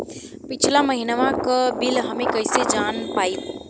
पिछला महिनवा क बिल हम कईसे जान पाइब?